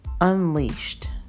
unleashed